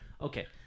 Okay